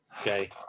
Okay